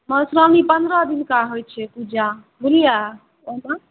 मधुश्रावणी पनरह दिनका होइ छै पूजा गुड़िआ